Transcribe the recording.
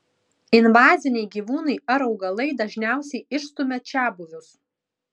invaziniai gyvūnai ar augalai dažniausiai išstumia čiabuvius